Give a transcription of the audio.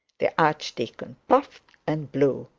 the archdeacon puffed and blew,